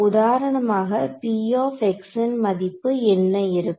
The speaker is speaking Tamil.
உதாரணமாக p ன் மதிப்பு என்ன இருக்கும்